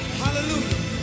hallelujah